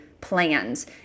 plans